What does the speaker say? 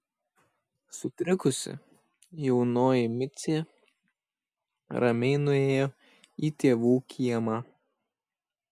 sutrikusi jaunoji micė ramiai nuėjo į tėvų kiemą